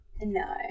No